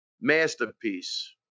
masterpiece